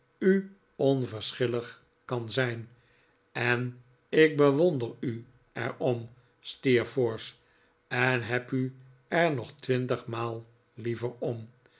u onverschillig kan zijn en ik bewonder u er om steerforth en heb u er nog twintigmaal liever om